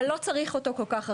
אבל לא צריך אותו כל כך רחב,